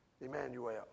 Emmanuel